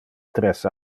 tres